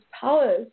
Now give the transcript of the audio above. powers